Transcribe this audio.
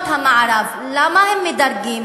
ישראל, חבר הכנסת זאב, אני מבקש להפסיק.